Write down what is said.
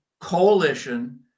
coalition